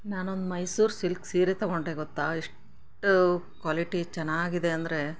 ನಾನೊಂದು ಮೈಸೂರು ಸಿಲ್ಕ್ ಸೀರೆ ತಗೊಂಡೆ ಗೊತ್ತಾ ಎಷ್ಟು ಕ್ವಾಲಿಟಿ ಚೆನ್ನಾಗಿದೆ ಅಂದರೆ